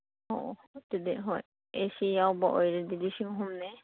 ꯑꯣ ꯑꯗꯨꯗꯤ ꯍꯣꯏ ꯑꯦ ꯁꯤ ꯌꯥꯎꯕ ꯑꯣꯏꯔꯗꯤ ꯂꯤꯁꯤꯡ ꯑꯍꯨꯝꯅꯦ